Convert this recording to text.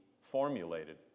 formulated